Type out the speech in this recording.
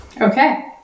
Okay